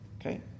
Okay